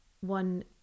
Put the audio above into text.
one